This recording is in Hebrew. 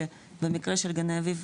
במקרה של גני אביב,